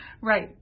Right